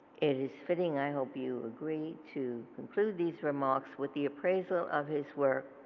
it is fitting i hope you agree to conclude these remarks with the appraisal of his work